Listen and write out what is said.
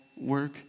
work